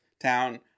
town